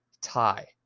tie